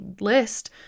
list